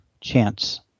chance